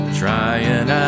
trying